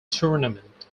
tournament